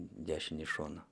dešinį šoną